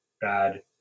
bad